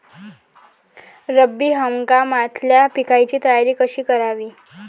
रब्बी हंगामातल्या पिकाइची तयारी कशी कराव?